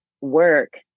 work